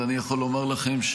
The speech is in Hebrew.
ואני יכול לומר לכם: